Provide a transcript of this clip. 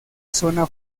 zona